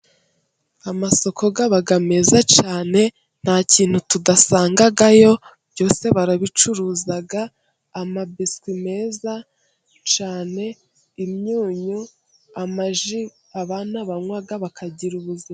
Amasoko aba meza cyane, nta kintu tudasangayo byose barabicuruza. Amabiswi meza cyane, imyunyu, amaji abana banywa bakagira ubuzima.